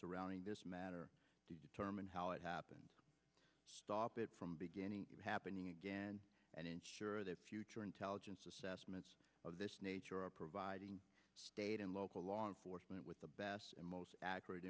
surrounding this matter to determine how it happened stop it from beginning happening again and ensure that future intelligence assessments of this nature are providing state and local law enforcement with the best and most accurate